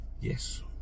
yes